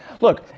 Look